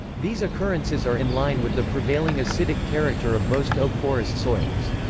these occurrences are in line with the prevailing acidic character of most oak forest soils.